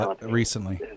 recently